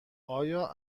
آیا